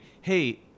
hey